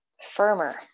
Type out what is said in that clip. firmer